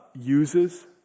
uses